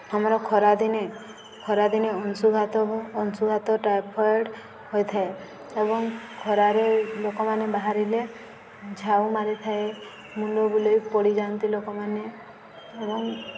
ଆମର ଖରାଦିନେ ଖରାଦିନେ ଅଂଶୁଘାତ ଅଂଶୁଘାତ ଟାଇଫଏଡ଼୍ ହୋଇଥାଏ ଏବଂ ଖରାରେ ଲୋକମାନେ ବାହାରିଲେ ଝାଉଁ ମାରିଥାଏ ମୁଣ୍ଡ ବୁଲାଇ ପଡ଼ିଯାଆନ୍ତି ଲୋକମାନେ ଏବଂ